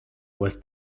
was